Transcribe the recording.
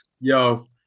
Yo